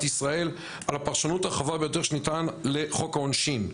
ישראל על הפרשנות הרחבה ביותר שניתן לחוק העונשין.